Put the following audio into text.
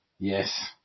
Yes